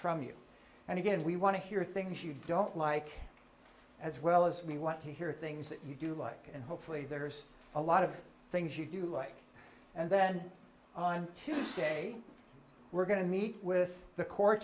from you and again we want to hear things you don't like as well as me want to hear things that you do like and hopefully there's a lot of things you do like and then on tuesday we're going to meet with the co